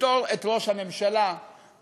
לפטור את ראש הממשלה מחקירות